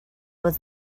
was